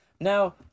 Now